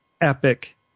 epic